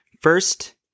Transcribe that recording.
First